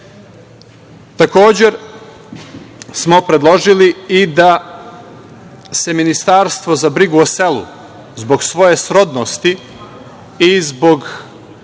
prava. Takođe smo predložili i da se ministarstvo za brigu o selu, zbog svoje srodnosti i zbog,